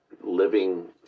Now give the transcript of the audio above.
living